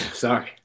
sorry